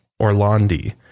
Orlandi